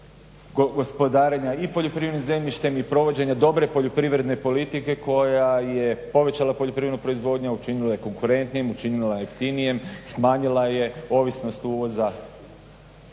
gospodarenja i poljoprivrednim zemljištem i provođenja dobre poljoprivredne politike koja je povećala poljoprivrednu proizvodnju, učinila je konkurentnijom, učinila je jeftinijom, smanjila je ovisnost uvoza